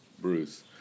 Bruce